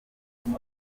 kwita